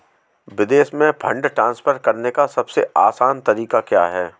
विदेश में fund transfer करने का सबसे आसान तरीका क्या है?